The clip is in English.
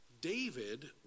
David